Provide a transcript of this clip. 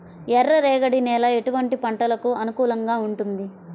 ఎర్ర రేగడి నేల ఎటువంటి పంటలకు అనుకూలంగా ఉంటుంది?